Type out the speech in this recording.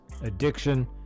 addiction